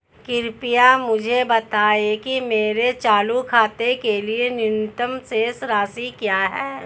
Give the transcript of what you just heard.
कृपया मुझे बताएं कि मेरे चालू खाते के लिए न्यूनतम शेष राशि क्या है